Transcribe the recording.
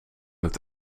het